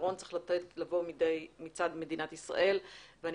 פתרון צריך לבוא מצד מדינת ישראל ואני